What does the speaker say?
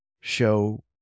show